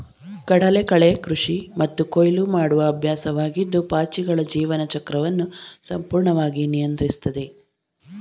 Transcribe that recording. ಕಡಲಕಳೆ ಕೃಷಿ ಮತ್ತು ಕೊಯ್ಲು ಮಾಡುವ ಅಭ್ಯಾಸವಾಗಿದ್ದು ಪಾಚಿಗಳ ಜೀವನ ಚಕ್ರವನ್ನು ಸಂಪೂರ್ಣವಾಗಿ ನಿಯಂತ್ರಿಸ್ತದೆ